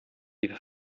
die